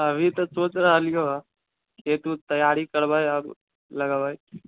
अभी तऽ सोच रहलियौअ खेत ऊत तैयारी करबै अब लगबै